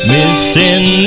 Missing